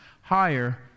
higher